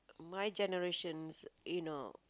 my generations you know